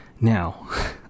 Now